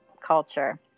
culture